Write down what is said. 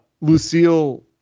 Lucille